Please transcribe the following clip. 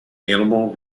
animal